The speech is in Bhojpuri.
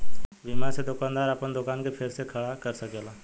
बीमा से दोकानदार आपन दोकान के फेर से खड़ा कर सकेला